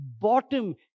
bottom